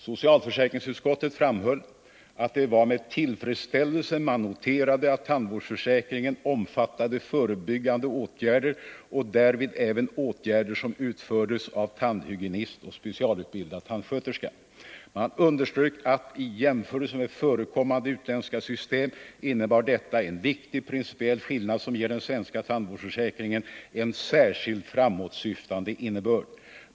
Socialförsäkringsutskottet framhöll att det var med tillfredsställelse man noterade att tandvårdsförsäkringen omfattade förebyggande åtgärder och därvid även åtgärder som utfördes av tandhygienist och specialutbildad tandsköterska. Man underströk att detta i jämförelse med förekommande utländska system innebär en viktig principiell skillnad, som ger den svenska tandvårdsförsäkringen en särskild, framåtsyftande innebörd.